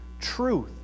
truth